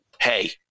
Hey